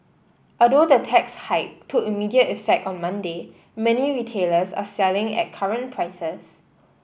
although the tax hike took immediate effect on Monday many retailers are selling at current prices